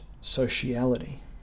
sociality